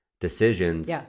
decisions